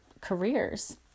careers